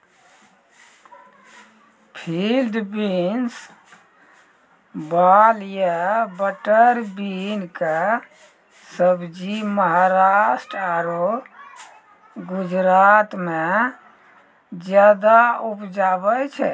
field beans, वाल या butter bean कॅ सब्जी महाराष्ट्र आरो गुजरात मॅ ज्यादा उपजावे छै